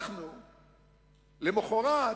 למחרת,